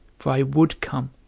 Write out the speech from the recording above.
for i would come,